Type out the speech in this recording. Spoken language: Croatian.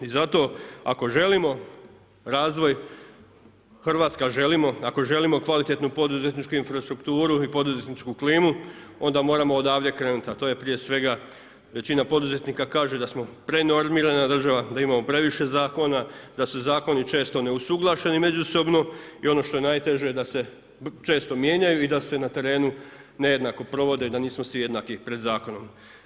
I zato, ako želimo razvoj Hrvatske, a želimo, ako želimo kvalitetnu poduzetničku infrastrukturu i poduzetničku klimu, onda moramo odavde krenuti, a to je prije svega većina poduzetnika kaže da smo prenormirani, a država da imamo previše zakona, da se zakoni često ne usuglase međusobno i ono što je najteže, da se često mijenjaju i da se na terenu nejednako provode i da nismo svi jednaki pred zakonom.